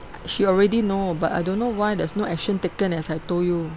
she already know but I don't know why there's no action taken as I told you